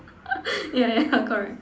yeah yeah correct